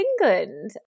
England